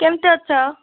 କେମିତି ଅଛ